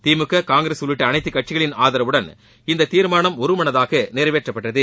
திமுக காங்கிரஸ் உள்ளிட்ட அனைத்து கட்சிகளின் ஆதரவுடன் இந்த தீர்மானம் ஒருமனதாக நிறைவேற்றப்பட்டது